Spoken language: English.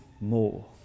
more